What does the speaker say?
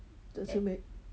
这是没